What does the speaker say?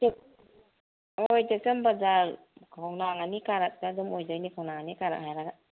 ꯍꯣꯏ ꯇꯦꯛꯆꯝ ꯕꯖꯥꯔ ꯈꯣꯡꯅꯥꯡ ꯑꯅꯤ ꯀꯥꯔꯛꯇ ꯑꯗꯨꯝ ꯑꯣꯏꯗꯣꯏꯅꯦ ꯈꯣꯡꯅꯥꯡ ꯑꯅꯤ ꯀꯥꯔꯛ ꯍꯥꯏꯔꯒ